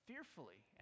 fearfully